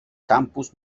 campus